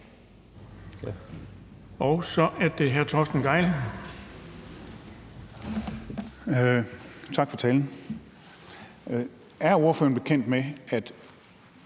Tak for talen. Er ordføreren bekendt med, at